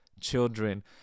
children